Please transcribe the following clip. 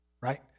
right